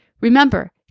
Remember